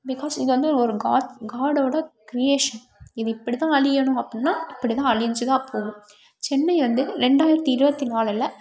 because இது வந்து ஒரு காட் காட்டோட கிரியேஷன் இது இப்படி தான் அழியணும் அப்படினா அப்படி தான் அழிஞ்சி தான் போகும் சென்னை வந்து ரெண்டாயிரத்து இருபத்தி நாலில்